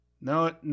No